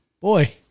Boy